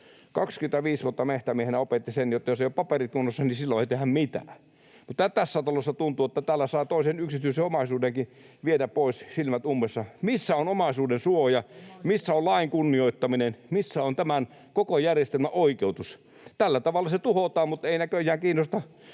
25 vuotta metsämiehenä opetti sen, että jos eivät ole paperit kunnossa, niin silloin ei tehdä mitään, mutta tässä talossa tuntuu, että täällä saa toisen yksityisen omaisuudenkin viedä pois silmät ummessa. Missä on omaisuuden suoja? Missä on lain kunnioittaminen? Missä on tämän koko järjestelmän oikeutus? Tällä tavalla se tuhotaan. Mutta ei näköjään kiinnosta.